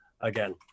again